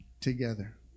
together